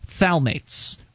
thalmates